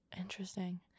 Interesting